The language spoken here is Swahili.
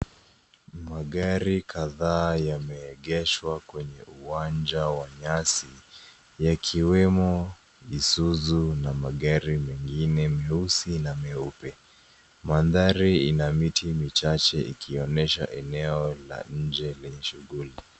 Magari kadhaa yameegeshwa kwenye uwanja wa nyasi yakiwemo Isuzu na magari mengine meusi na meupe. Mandhari ina miti michache ikionyesha eneo la nje lenye shughuli.